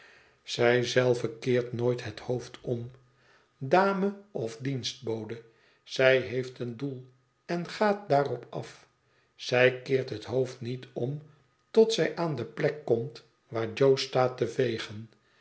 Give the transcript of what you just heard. zij zelve keert nooit het hoofd om dame of dienstbode zij heeft een doel en gaat daarop af zij keert het hoofd niet om tot zij aan de plek komt waai jo staat te vegen